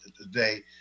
today